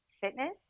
fitness